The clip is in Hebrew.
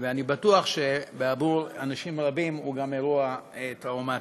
ואני בטוח שבעבור אנשים רבים הוא גם אירוע טראומטי.